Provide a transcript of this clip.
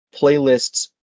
playlists